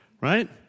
Right